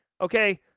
Okay